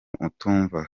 utumva